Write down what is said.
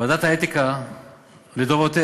ועדת האתיקה לדורותיה,